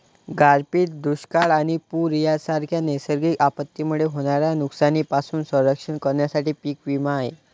गारपीट, दुष्काळ आणि पूर यांसारख्या नैसर्गिक आपत्तींमुळे होणाऱ्या नुकसानीपासून संरक्षण करण्यासाठी पीक विमा आहे